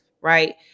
right